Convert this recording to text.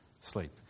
sleep